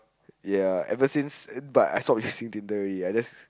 ya ever since but I stop using Tinder already I just